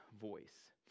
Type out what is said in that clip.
voice